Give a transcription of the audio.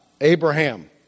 Abraham